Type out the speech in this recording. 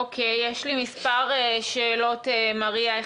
אוקיי, יש לי מספר שאלות, מריה.